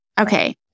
Okay